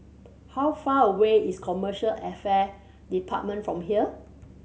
how far away is Commercial Affair Department from here